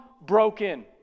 broken